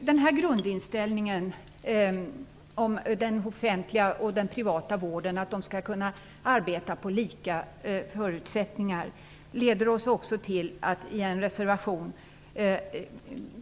Denna grundinställning, att den offentliga och den privata vården skall kunna arbeta under lika förutsättningar, leder oss också till att i en reservation i